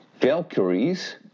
Valkyries